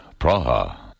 Praha